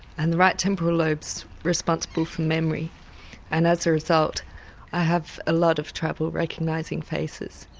and the right temporal lobe's responsible for memory and as a result i have a lot of trouble recognising faces.